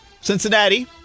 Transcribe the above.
Cincinnati